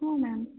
हो मॅम